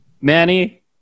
Manny